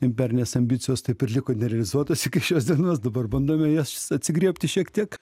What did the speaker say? imperinės ambicijos taip ir liko nerealizuotos iki šios dienos dabar bandome jas atsigriebti šiek tiek